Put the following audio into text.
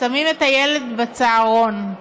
שם את הילד בצהרון,